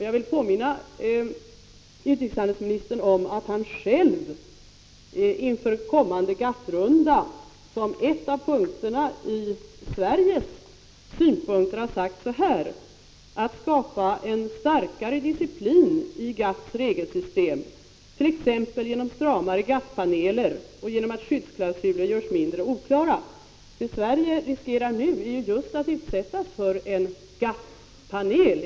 Jag vill påminna utrikeshandelsministern om att han inför kommande GATT-runda själv har sagt att ett av målen för Sveriges arbete skall vara att: ”skapa en starkare disciplin i Gatts regelsystem, t.ex. genom stramare Gatt-paneler och genom att skyddsklausuler görs mindre oklara”. Sverige riskerar ju just nu att utsättas för en GATT-panel.